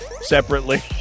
separately